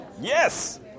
yes